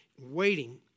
Waiting